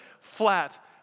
flat